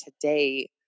today